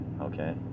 okay